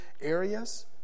areas